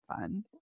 fun